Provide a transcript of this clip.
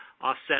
offset